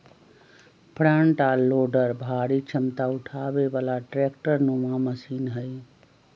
front आ loader भारी क्षमता उठाबे बला ट्रैक्टर नुमा मशीन हई